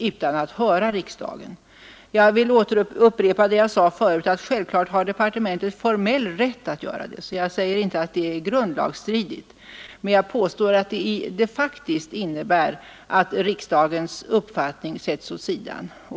Jag vill upprepa vad jag sade förut: Självklart har departementet formell rätt att nedbringa brottsligheten att nedbringa brottsligheten att göra det — jag säger inte att det är grundlagsstridigt — men jag påstår att det faktiskt innebär att riksdagens uppfattning sätts åt sidan.